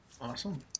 Awesome